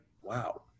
wow